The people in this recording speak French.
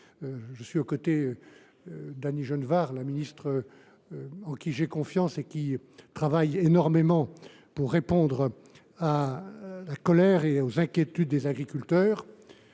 J’ai à mes côtés Annie Genevard, la ministre de l’agriculture, en qui j’ai confiance et qui travaille énormément pour répondre à la colère et aux inquiétudes des agriculteurs.